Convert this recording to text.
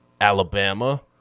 Alabama